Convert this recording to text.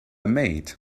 maid